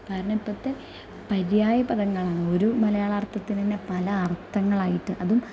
കാരണം ഇപ്പോഴത്തെ പര്യായപദങ്ങളാണ് ഒരു മലയാള അർത്ഥത്തിനു തന്നെ പല അർത്ഥങ്ങളായിട്ട് അതും